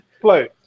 play